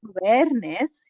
awareness